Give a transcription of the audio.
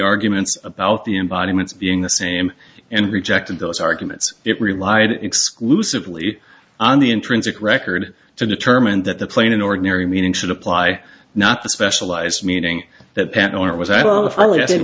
arguments about the embodiments being the same and rejected those arguments it relied exclusively on the intrinsic record to determine that the plane an ordinary meaning should apply not the specialized meaning that patent was probably